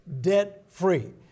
debt-free